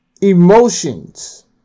Emotions